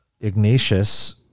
Ignatius